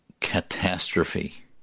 catastrophe